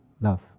love